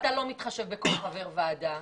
אתה לא מתחשב בכל חבר ועדה.